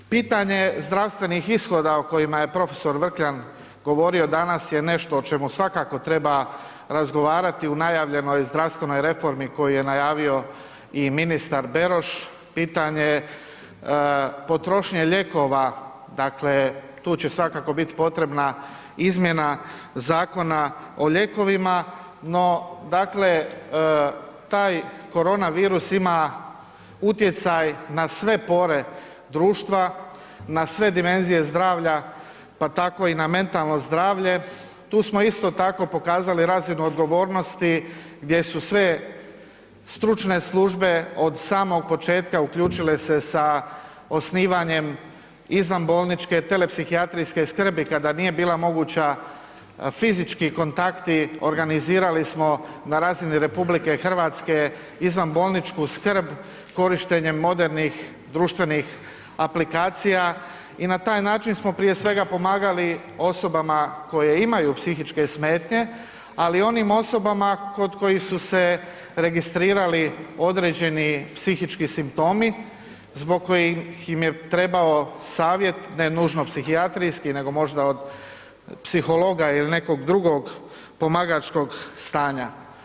Pitanje zdravstvenih ishoda o kojima je prof. Vrkljan govorio danas je nešto o čemu svakako treba razgovarati u najavljenoj zdravstvenoj reformi koju je najavio i ministar Beroš, pitanje je potrošnje lijekova, dakle tu će svakako biti potrebna izmjena Zakona o lijekovima no dakle taj korona virus ima utjecaj na sve pore društva, na sve dimenzije zdravlja pa tako i na mentalno zdravlje, tu smo isto tako pokazali razinu odgovornosti gdje su sve stručne službe od samog početka uključile se sa osnivanjem izvanbolničke, telepsihijatrijske skrbi kada nije bila moguća fizički kontakti, organizirali smo na razini RH izvanbolničku skrb korištenjem modernih društvenih aplikacija i na taj način smo prije svega pomagali osobama koje imaju psihičke smetnje ali i onim osobama kod kojih su se registrirali određeni psihički simptomi zbog kojih im je trebao savjet ne nužno psihijatrijski nego možda os psihologa ili nekog drugog pomagačkog stanja.